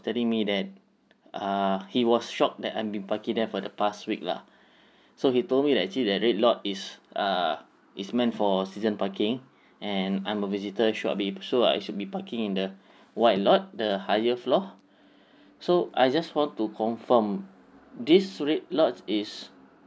telling me that err he was shock that I've been parking there for the past week lah so he told me that actually that red lot is err it's meant for season parking and I'm a visitor so I'd be so I should be parking in the white lot the higher floor so I just want to confirm theses red lots is all